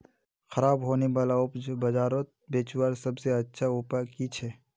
ख़राब होने वाला उपज बजारोत बेचावार सबसे अच्छा उपाय कि छे?